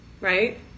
Right